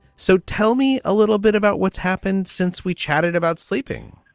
so tell me a little bit about what's happened since we chatted about sleeping